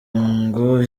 ngo